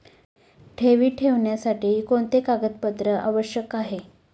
ठेवी ठेवण्यासाठी कोणते कागदपत्रे आवश्यक आहे?